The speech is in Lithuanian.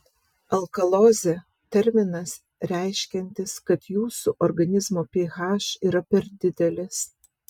alkalozė terminas reiškiantis kad jūsų organizmo ph yra per didelis